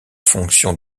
fonction